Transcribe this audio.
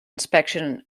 inspection